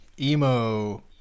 emo